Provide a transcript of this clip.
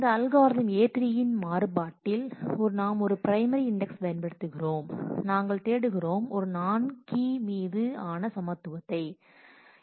இந்த algorithm A3 இன் மாறுபாட்டில் நாம் ஒரு பிரைமரி இண்டெக்ஸ் பயன்படுத்துகிறோம் ஆனால் நாங்கள் தேடுகிறோம் ஒரு நான்கீ மீது ஆன சமத்துவத்தை தேடுகிறோம் equality